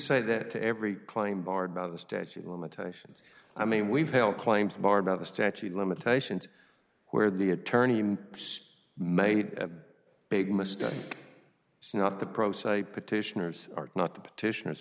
say that to every claim barred by the statute of limitations i mean we've held claims bar about the statute of limitations where the attorney made a big mistake not the pro se petitioners are not the petitioners